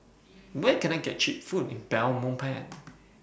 Where Can I get Cheap Food in Belmopan